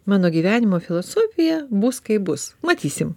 mano gyvenimo filosofija bus kaip bus matysim